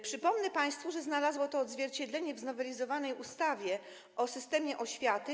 Przypomnę państwu, że znalazło to odzwierciedlenie w znowelizowanej ustawie o systemie oświaty.